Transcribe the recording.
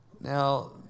Now